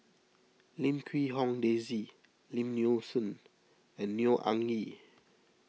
Lim Quee Hong Daisy Lim Nee Soon and Neo Anngee